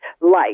life